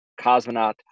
cosmonaut